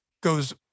goes